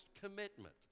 commitment